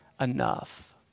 enough